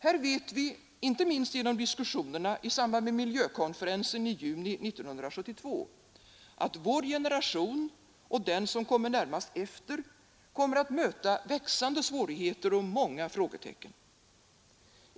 Här vet vi, inte minst genom diskussionerna i samband med miljökonferensen i juni 1972, att vår generation och de som följer närmast efter, kommer att möta växande svårigheter och många frågetecken.